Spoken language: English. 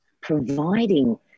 providing